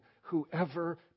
Whoever